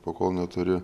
pakol neturi